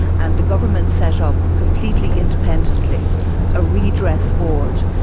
and the government set up completely independently a redress board,